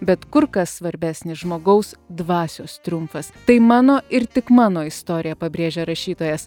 bet kur kas svarbesnis žmogaus dvasios triumfas tai mano ir tik mano istorija pabrėžė rašytojas